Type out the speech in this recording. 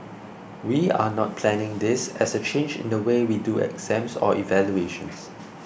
we are not planning this as a change in the way we do exams or evaluations